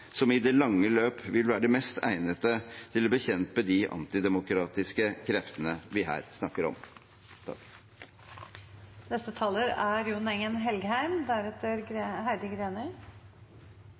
som i det lange løp vil være de mest egnede til å bekjempe de antidemokratiske kreftene vi her snakker om.